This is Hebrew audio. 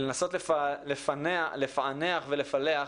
לנסות לפענח ולפלח